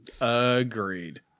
Agreed